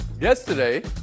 Yesterday